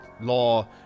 Law